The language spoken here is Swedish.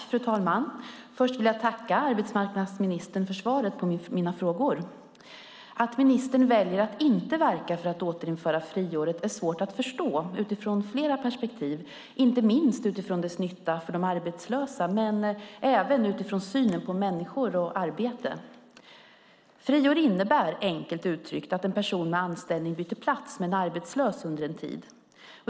Fru talman! Först vill jag tacka arbetsmarknadsministern för svaret på mina frågor. Att ministern väljer att inte verka för att återinföra friåret är svårt att förstå utifrån flera perspektiv. Det gäller inte minst dess nytta för de arbetslösa och även synen på människor och arbete. Friår innebär enkelt uttryckt att en person med anställning byter plats med en arbetslös under en tid.